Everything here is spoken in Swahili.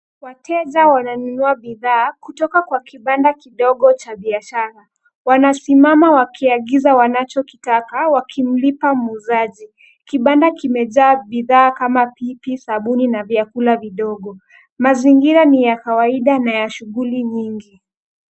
Wateja wananunua bidhaa kutoka kwenye kibanda kidogo cha biashara. Wanasimama wakiagiza wanachokitaka wakimlipa muuzaji. Kibanda kimejaa bidhaa kama pipi, sabuni na vyakula vidogo. Mazingira ni ya kawaida na ya shughuli nyingi.